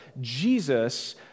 Jesus